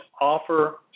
offer